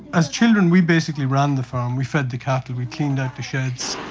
as children we basically ran the farm. we fed the cattle, we cleaned out the sheds.